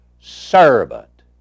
servant